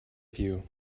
few